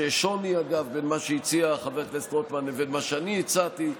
יש שוני בין מה שהציע חבר הכנסת רוטמן לבין מה שאני הצעתי,